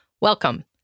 welcome